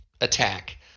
attack